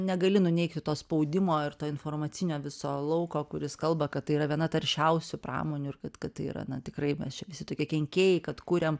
negali nuneigti to spaudimo ir to informacinio viso lauko kuris kalba kad tai yra viena taršiausių pramonių ir kad kad tai yra na tikrai mes čia visi tokie kenkėjai kad kuriam